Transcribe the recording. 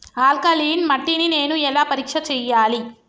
Alkaline మట్టి ని నేను ఎలా పరీక్ష చేయాలి?